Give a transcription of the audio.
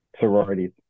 sororities